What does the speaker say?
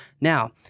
Now